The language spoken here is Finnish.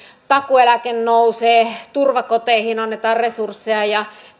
takuueläke nousee turvakoteihin annetaan resursseja ja